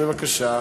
בבקשה.